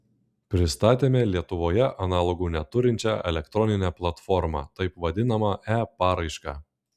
pristatėme lietuvoje analogų neturinčią elektroninę platformą taip vadinamą e paraišką